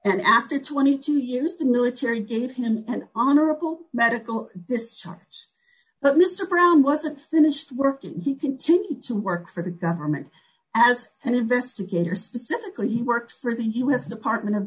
and after twenty two years the military gave him an honorable medical discharge but mr brown wasn't finished working he continued to work for the government as an investigator specifically he works for the u s department of